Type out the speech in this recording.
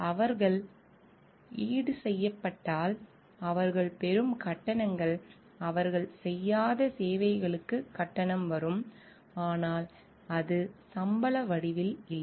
அவர்கள் ஈடுசெய்யப்பட்டால் அவர்கள் பெறும் கட்டணங்கள் அவர்கள் செய்யாத சேவைகளுக்கு கட்டணம் வரும் ஆனால் அது சம்பள வடிவில் இல்லை